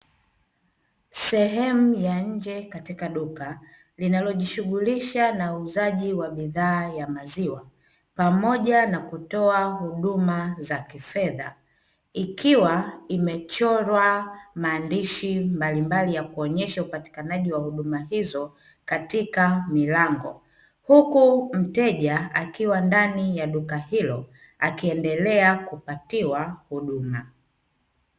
Sehemu ya nje katika duka linalojishughulisha na uuzaji wa bidhaa ya maziwa pamoja na kutoa huduma za kifedha, ikiwa imechorwa maandishi mbalimbali ya kuonyesha upatikanaji wa huduma hizo katika milango, huku mteja akiwa ndani ya duka hilo akiendelea kupatiwa huduma.